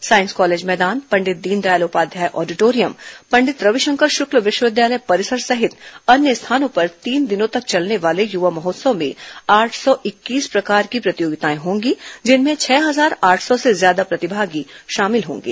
science college मैदान Pandit Deendayal Upadhyay auditorium Pandit Ravishankar Shukla विश्वविद्यालय परिसर सहित अन्य स्थानों पर तीन दिनों तक चलने वाले युवा महोत्सव में आठ सौ इक्कीस प्रकार की प्रतियोगिताएं होंगी जिसमें छह हजार आठ सौ से ज्यादा प्रतिभागी शामिल होंगे